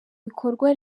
bikorwa